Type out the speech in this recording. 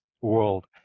world